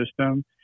system